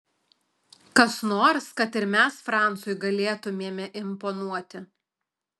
kas nors kad ir mes francui galėtumėme imponuoti